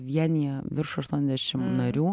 vienija virš aštuoniasdešim narių